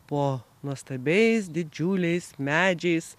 po nuostabiais didžiuliais medžiais